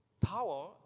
power